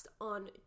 on